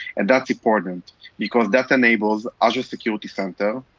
and that's important because that enables azure security center,